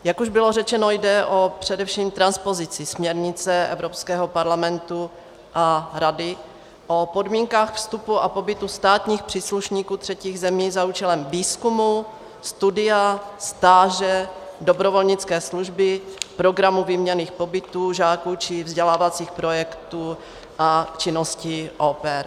Jak už bylo řečeno, jde především o transpozici směrnice Evropského parlamentu a Rady o podmínkách vstupu a pobytu státních příslušníků třetích zemí za účelem výzkumu, studia, stáže, dobrovolnické služby, programu výměnných pobytů žáků či vzdělávacích projektů a činnosti au pair.